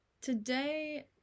today